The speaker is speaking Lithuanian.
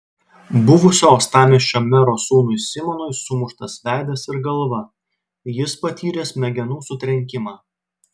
buvusio uostamiesčio mero sūnui simonui sumuštas veidas ir galva jis patyrė smegenų sutrenkimą